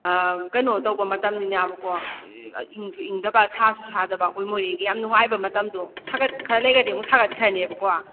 ꯀꯩꯅꯣ ꯇꯧꯕ ꯃꯇꯝꯅꯤꯅꯕꯀꯣ ꯏꯪꯁꯨ ꯏꯪꯗꯕ ꯁꯥꯁꯨ ꯁꯥꯗꯕ ꯑꯩꯈꯣꯏ ꯃꯣꯔꯦꯒꯤ ꯌꯥꯝ ꯅꯨꯡꯉꯥꯏꯕ ꯃꯇꯝꯗꯣ ꯁꯥꯒꯠ ꯈꯔꯥ ꯂꯩꯔꯗꯤ ꯑꯃꯨꯛ ꯁꯥꯒꯠꯈ꯭ꯔꯅꯦꯕꯀꯣ